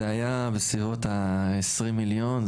זה היה בסביבות ה-20 מיליון.